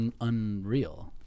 unreal